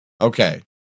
Okay